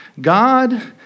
God